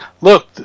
look